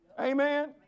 Amen